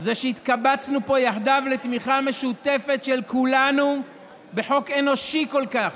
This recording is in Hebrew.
זה שהתקבצנו פה יחדיו לתמיכה משותפת של כולנו בחוק אנושי כל כך.